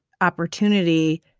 opportunity